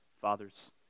Father's